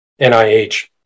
NIH